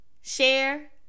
Share